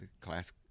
class